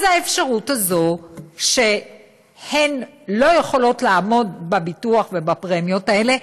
אז האפשרות שהן לא יכולות לעמוד בביטוח ובפרמיות האלה,